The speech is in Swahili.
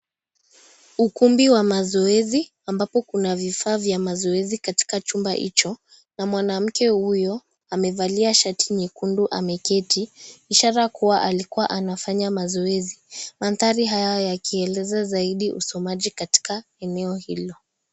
Ukumbi wa mazoezi ambapo kuna vifaa vya mazoezi katika chumba hicho na mwanamke huyo amevalia shati nyekundu ameketi ishara kuwa alikua anafanya mazoezi. Mandhara haya yakieleza zaidi usomaji katika eneo hilo.